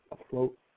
afloat